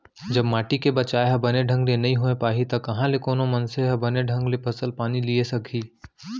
जब माटी के बचाय ह बने ढंग ले नइ होय पाही त कहॉं ले कोनो मनसे ह बने ढंग ले फसल पानी लिये सकही